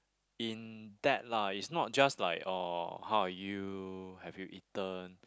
in depth lah is not just like uh how are you have you eaten